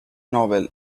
novel